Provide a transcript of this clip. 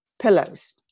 Pillows